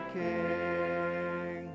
king